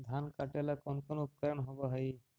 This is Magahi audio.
धान काटेला कौन कौन उपकरण होव हइ?